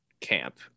camp